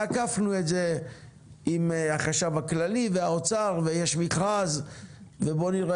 עקפנו את זה עם החשב הכללי והאוצר ויש מכרז ובוא נראה